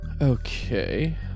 okay